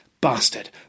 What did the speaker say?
bastard